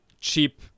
cheap